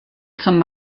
zum